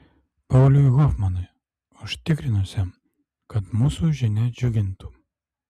pauliui hofmanui užtikrinusiam kad mūsų žinia džiugintų